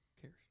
cares